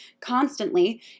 Constantly